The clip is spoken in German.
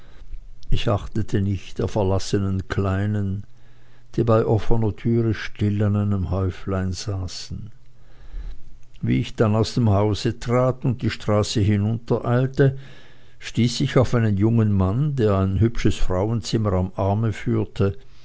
ich achtete nicht der verlassenen kleinen die bei offener türe still an einem häuflein saßen wie ich dann aus dem hause trat und die straße hinuntereilte stieß ich auf einen jungen mann der ein hübsches frauenzimmer am arme führte